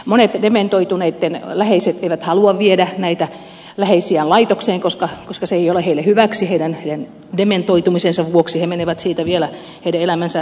monet dementoituneitten läheiset eivät halua viedä läheisiään laitokseen koska se ei ole heille hyväksi heidän dementoitumisensa vuoksi heidän elämänsä järkkyy